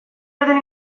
baten